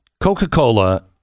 Coca-Cola